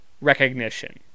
recognition